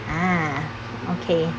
ah okay